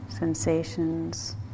sensations